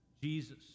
Jesus